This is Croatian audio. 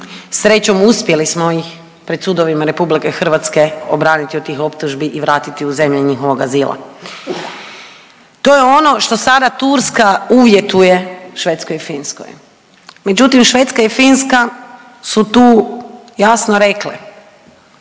Srećom uspjeli smo ih pred sudovima Republike Hrvatske obraniti od tih optužbi i vratiti u zemlje njihovog azila. To je ono što sada Turska uvjetuje Švedskoj i Finskoj. Međutim, Švedska i Finska su tu jasno rekle